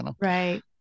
Right